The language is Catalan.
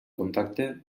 contacte